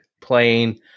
playing